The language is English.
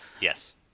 Yes